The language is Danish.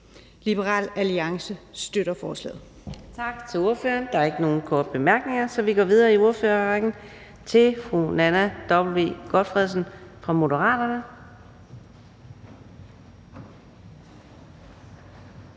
næstformand (Karina Adsbøl): Tak til ordføreren. Der er ikke nogen korte bemærkninger, så vi går videre i ordførerrækken til fru Nanna W. Gotfredsen fra Moderaterne.